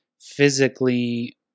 physically